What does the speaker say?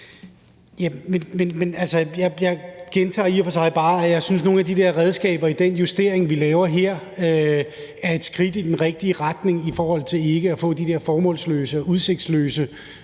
jeg gentager i og for sig bare, at jeg synes, at nogle af de redskaber i den justering, vi laver her, er et skridt i den rigtige retning i forhold til ikke at få de der formålsløse og udsigtsløse